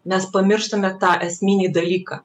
nes pamirštame tą esminį dalyką